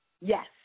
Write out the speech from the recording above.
Yes